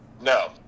No